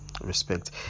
respect